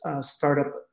startup